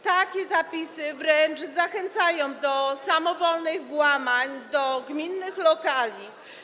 Takie zapisy wręcz zachęcają do samowolnych włamań do gminnych lokali.